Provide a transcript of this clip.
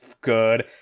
good